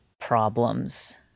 problems